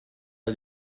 are